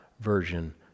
version